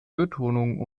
betonung